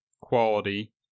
quality